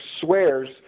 swears